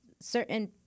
certain